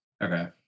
Okay